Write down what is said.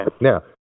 Now